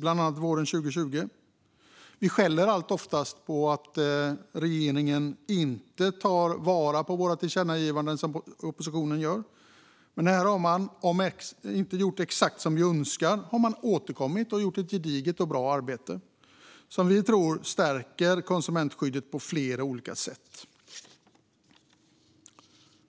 bland annat våren 2020. Vi skäller ofta på regeringen för att man inte tar hand om oppositionens tillkännagivanden. Här har man kanske inte gjort exakt som vi önskar, men man har återkommit och gjort ett gediget och bra arbete som vi tror stärker konsumentskyddet på flera olika sätt.